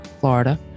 Florida